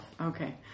Okay